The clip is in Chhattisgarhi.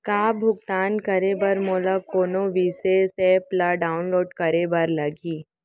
का भुगतान करे बर मोला कोनो विशेष एप ला डाऊनलोड करे बर लागही